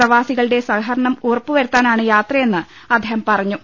പ്രവാസികളുടെ സഹകരണം ഉറപ്പുവരുത്താനാണ് യാത്രയെന്ന് അദ്ദേഹം പറഞ്ഞു